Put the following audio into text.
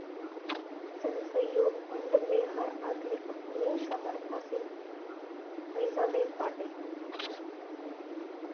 जनसहयोग फंड मे हर आदमी अपनी सामर्थ्य से पईसा देत बाटे